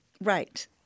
right